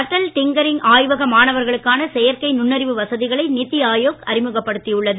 Atal tinkering ஆய்வக மாணவர்களுக்கான செயற்கை நுண்ணறிவு வசதிகளை நிதி ஆயோக் அறிமுகப்படுத்தியுள்ளது